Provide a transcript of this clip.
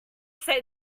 say